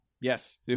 Yes